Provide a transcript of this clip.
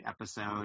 episode